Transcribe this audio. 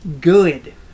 Good